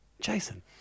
Jason